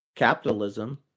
Capitalism